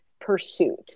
pursuit